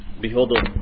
Behold